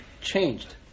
changed